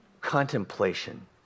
contemplation